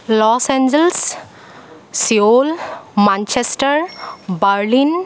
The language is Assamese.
loss Angeles Seattle Manchester Berlin